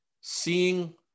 seeing